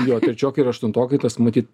jo trečiokai ir aštuntokai tas matyt